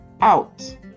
out